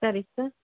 ಸರಿ ಸರ್